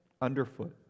Underfoot